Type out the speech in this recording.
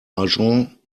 agent